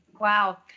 Wow